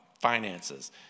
finances